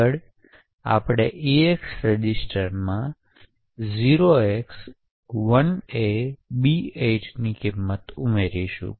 આગળ આપણે ઇએક્સ રજીસ્ટરમાં 0x1AB8 ની કિંમત ઉમેરીશું